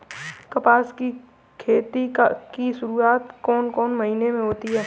कपास की खेती की शुरुआत कौन से महीने से होती है?